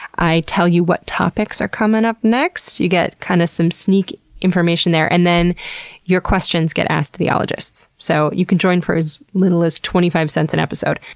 i tell you what topics are coming up next, you get kinda kind of some sneak information there and then your questions get asked to the ologists. so, you can join for as little as twenty five cents an episode.